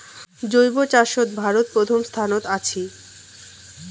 জৈব চাষত ভারত প্রথম স্থানত আছি